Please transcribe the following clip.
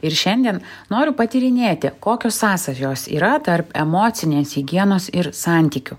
ir šiandien noriu patyrinėti kokios sąsajos yra tarp emocinės higienos ir santykių